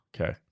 Okay